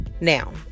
now